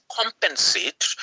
compensate